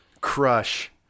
crush